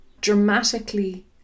dramatically